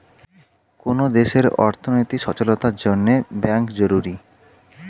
কোন দেশের অর্থনৈতিক সচলতার জন্যে ব্যাঙ্ক জরুরি